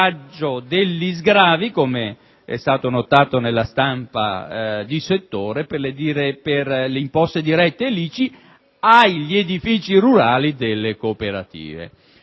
degli sgravi, come è stato notato nella stampa di settore, per le imposte dirette e l'ICI agli edifici rurali delle cooperative.